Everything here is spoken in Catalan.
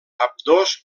ambdós